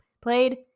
played